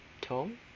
Tom